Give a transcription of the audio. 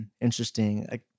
interesting